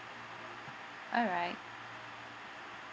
alright